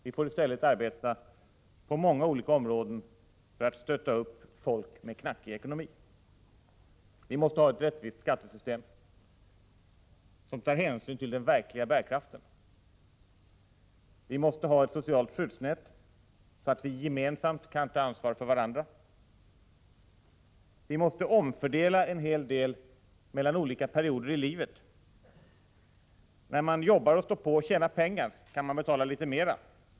Vi får i stället arbeta på många olika områden för att stötta upp folk med knackig ekonomi. Vi måste ha ett rättvist skattesystem, som tar hänsyn till den verkliga bärkraften. Vi måste ha ett socialt skyddsnät, så att vi gemensamt tar ansvar för varandra. Vi måste också omfördela en hel del mellan olika perioder i livet. När man jobbar och står på och tjänar pengar kan man betala litet mera.